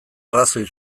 arrazoi